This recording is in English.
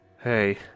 Hey